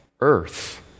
earth